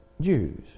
Jews